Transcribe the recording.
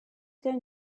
going